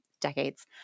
decades